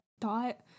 thought